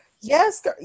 Yes